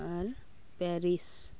ᱟᱨ Paris